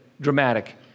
dramatic